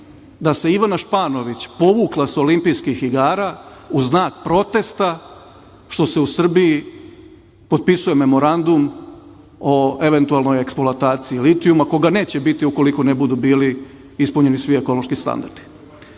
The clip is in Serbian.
da se Ivana Španović povukla sa Olimpijskih igara u znak protesta što se u Srbiji potpisuje memorandum o eventualnoj eksploataciji litijuma koga neće biti ukoliko ne budu bili ispunjeni svi ekološki standardi.